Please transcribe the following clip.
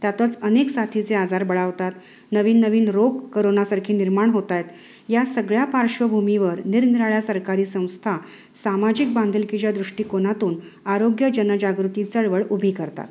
त्यातच अनेक साथीचे आजार बळावतात नवीन नवीन रोग करोनासारखी निर्माण होत आहेत या सगळ्या पार्श्वभूमीवर निरनिराळ्या सरकारी संस्था सामाजिक बांधिलकीच्या दृष्टिकोनातून आरोग्य जनजागृती चळवळ उभी करतात